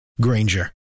Granger